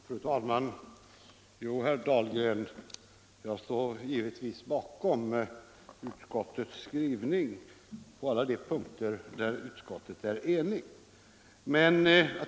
Fru talman! Jo, herr Dahlgren, jag står givetvis bakom utskottets skrivning på alla de punkter där utskottet är enigt.